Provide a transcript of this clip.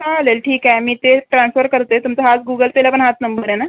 चालेल ठीक आहे मी ते ट्रान्सफर करते तुमचा हाच गूगल पेला पण हाच नंबर आहे ना